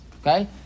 Okay